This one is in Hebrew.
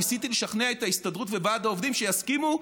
ניסיתי לשכנע את ההסתדרות וועד העובדים שיסכימו,